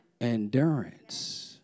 endurance